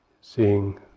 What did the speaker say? seeing